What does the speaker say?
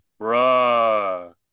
Bruh